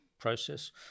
process